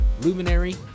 Luminary